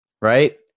right